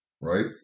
right